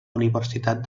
universitat